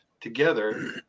together